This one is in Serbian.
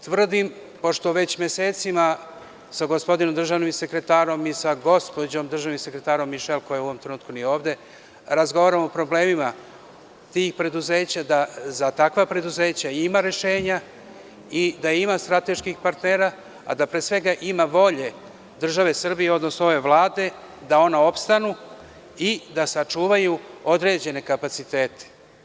Tvrdim, pošto već mesecima sa gospodinom državnim sekretarom i sa gospođom državnim sekretarom Mišel, koja u ovom trenutku nije ovde, razgovaram o problemima tih preduzeća, da za takva preduzeća ima rešenja i da ima strateških partnera, a da pre svega ima volje države Srbije, odnosno ove Vlade da ona opstanu i da sačuvaju određene kapacitet.